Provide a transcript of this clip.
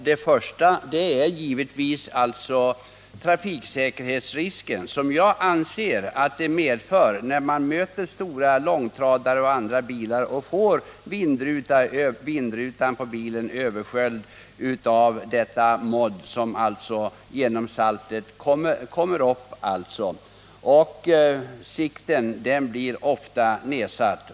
Den första gällde den risk för trafiksäkerheten som jag anser uppstår då vindrutan på en bil vid möte med t.ex. en långtradare översköljs av modd som bildats på grund av vägsaltning. Sikten blir vid sådana tillfällen ofta starkt nedsatt.